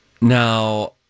now